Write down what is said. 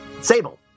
Sable